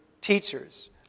teachers